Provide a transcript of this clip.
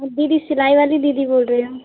आप दीदी सिलाई वाली दीदी बोल रही हो